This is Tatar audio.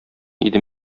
иде